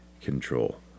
control